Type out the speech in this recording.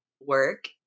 work